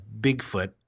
Bigfoot